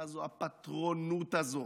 מה זו הפטרונות הזאת?